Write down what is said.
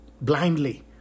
blindly